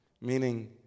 meaning